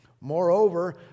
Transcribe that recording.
Moreover